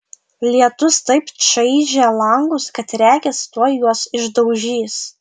lietus taip čaižė langus kad regis tuoj juos išdaužys